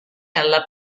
alla